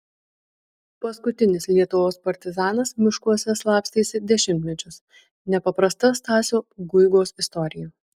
paskutinis lietuvos partizanas miškuose slapstėsi dešimtmečius nepaprasta stasio guigos istorija